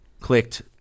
clicked